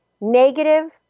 negative